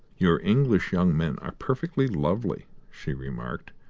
your english young men are perfectly lovely, she remarked,